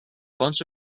bunch